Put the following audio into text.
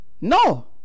No